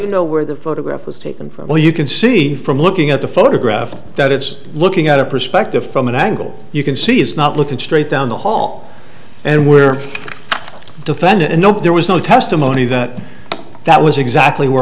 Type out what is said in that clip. to know where the photograph was taken from well you can see from looking at the photograph that it's looking at a perspective from an angle you can see it's not looking straight down the hall and we're defendant nope there was no testimony that that was exactly where